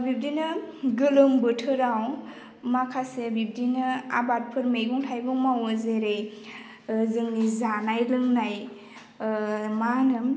बिब्दिनो गोलोम बोथोराव माखासे बिब्दिनो आबादफोर मैगं थाइगं मावो जेरै जोंनि जानाय लोंनाय मा होनो